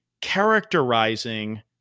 characterizing